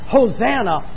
Hosanna